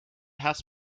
has